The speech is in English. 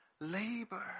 labor